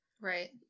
Right